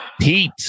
Pete